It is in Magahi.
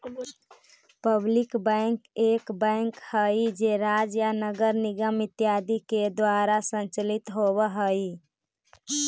पब्लिक बैंक एक बैंक हइ जे राज्य या नगर निगम इत्यादि के द्वारा संचालित होवऽ हइ